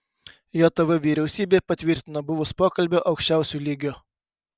jav vyriausybė patvirtino buvus pokalbio aukščiausiu lygiu